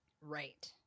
Right